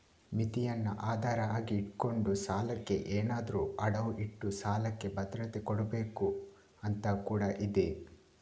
ಮಿತಿಯನ್ನ ಆಧಾರ ಆಗಿ ಇಟ್ಕೊಂಡು ಸಾಲಕ್ಕೆ ಏನಾದ್ರೂ ಅಡವು ಇಟ್ಟು ಸಾಲಕ್ಕೆ ಭದ್ರತೆ ಕೊಡ್ಬೇಕು ಅಂತ ಕೂಡಾ ಇದೆ